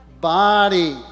body